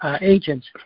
agents